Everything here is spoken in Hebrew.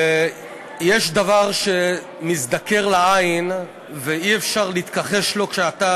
ויש דבר שמזדקר לעין ואי-אפשר להתכחש לו: כשאתה